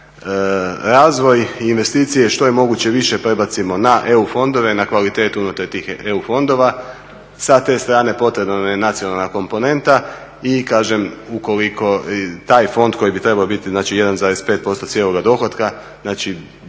razvoj i investicije što je moguće više prebacimo na EU fondove, na kvalitetu unutar tih EU fondova. Sa te strane potrebna nam je nacionalna komponenta. I kažem ukoliko taj fond koji bi trebao biti znači 1,5% cijeloga dohotka znači